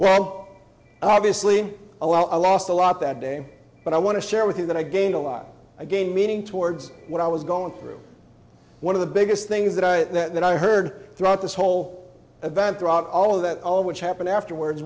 well obviously a while i lost a lot that day but i want to share with you that i gained a lot again meaning towards what i was going through one of the biggest things that i that i heard throughout this whole event throughout all of that all of which happened afterwards